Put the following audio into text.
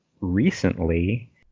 recently